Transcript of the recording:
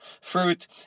fruit